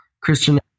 Christian